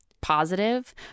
positive